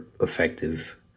effective